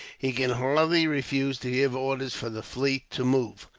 he can hardly refuse to give orders for the fleet to move.